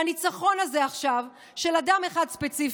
והניצחון הזה עכשיו של אדם אחד ספציפי,